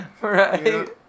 Right